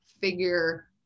figure